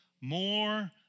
More